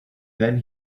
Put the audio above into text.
then